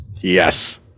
Yes